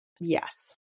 Yes